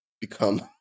become